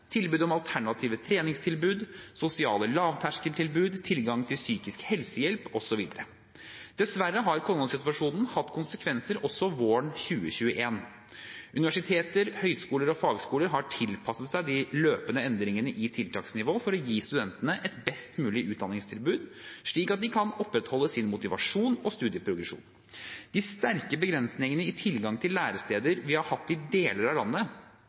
alternative treningstilbud, sosiale lavterskeltilbud, tilgang til psykisk helsehjelp, osv. Dessverre har koronasituasjonen hatt konsekvenser også våren 2021. Universiteter, høyskoler og fagskoler har tilpasset seg de løpende endringene i tiltaksnivå for å gi studentene et best mulig utdanningstilbud, slik at de kan opprettholde sin motivasjon og studieprogresjon. De sterke begrensningene i tilgang til læresteder vi har hatt i deler av landet,